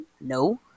No